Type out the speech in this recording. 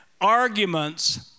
arguments